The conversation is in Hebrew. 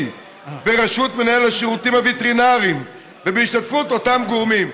בראשות מנהל השירותים הווטרינריים ובהשתתפות אותם גורמים.